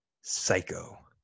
Psycho